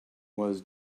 was